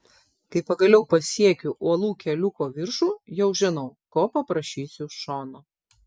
kai pagaliau pasiekiu uolų keliuko viršų jau žinau ko paprašysiu šono